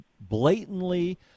blatantly